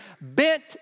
bent